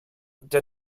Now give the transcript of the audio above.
der